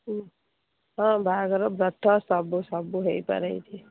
ହୁଁ ହଁ ବାହାଘର ବ୍ରତ ସବୁ ସବୁ ହୋଇପାରେ ଏଇଠି